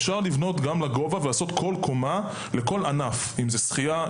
אפשר לבנות גם לגובה ולעשות קומה לכל ענף שחייה,